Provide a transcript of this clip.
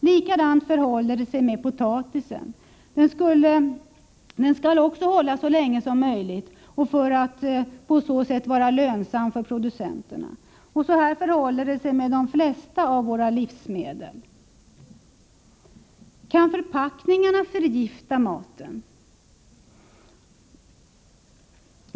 Likadant förhåller det sig med potatisen — den skall också hålla så länge som möjligt för att vara lönsam för producenterna. Så förhåller det sig med de flesta av våra livsmedel. Kan förpackningarna förgifta maten?